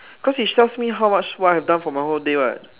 cause it shows me how much work I have done for the whole day [what]